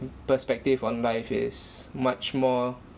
mm perspective on life is much more